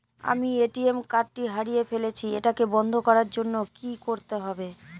আমি ATM card টি হারিয়ে ফেলেছি এটাকে বন্ধ করার জন্য কি করতে হবে?